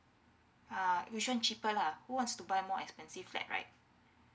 uh which one cheaper lah who wants to buy more expensive flat right